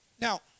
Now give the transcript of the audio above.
Now